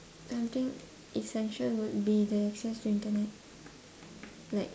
something essential would be the access to internet like